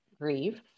grief